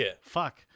fuck